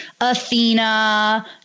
Athena